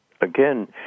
again